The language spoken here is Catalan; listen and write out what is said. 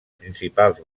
principals